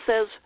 says